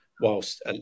whilst